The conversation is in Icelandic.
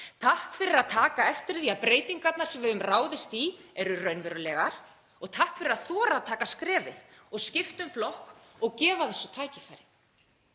Takk fyrir að taka eftir því að breytingarnar sem við höfum ráðist í eru raunverulegar og takk fyrir að þora að taka skrefið og skipta um flokk og gefa þessu tækifæri.